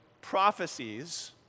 prophecies